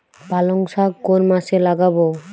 পালংশাক কোন মাসে লাগাব?